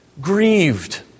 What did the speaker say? grieved